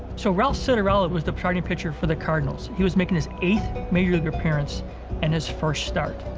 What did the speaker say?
so, ralph citarella was the starting pitcher for the cardinals. he was making his eighth major league appearance and his first start.